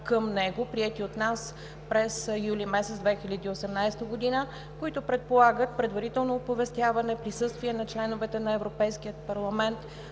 към него, приети от нас през месец юли 2018 г., които предполагат предварително оповестяване присъствие на членовете на Европейския парламент